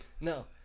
No